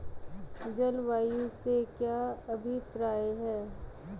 जलवायु से क्या अभिप्राय है?